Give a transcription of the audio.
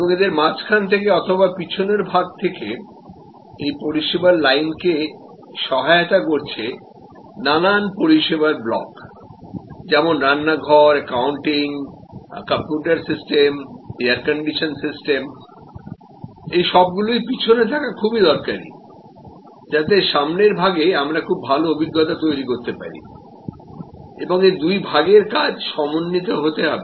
এবং এদের মাঝখানে থেকে অথবা পিছনের ভাগ থেকে এই পরিষেবার লাইনকে সহায়তা করছে নানান পরিষেবার ব্লক যেমন রান্নাঘর accounting computer system air condition সিস্টেমএই সবগুলোই পিছনে থাকা খুবই দরকারী যাতে সামনের ভাগে আমরা খুব ভালো অভিজ্ঞতা তৈরি করতে পারি এবং এই দুই ভাগের কাজ সমন্বিত হতে হবে